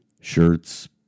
shirts